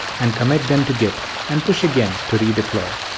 and commit them to git and push again to redeploy.